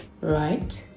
right